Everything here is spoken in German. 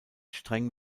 streng